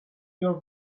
your